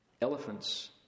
elephants